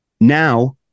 now